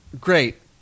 great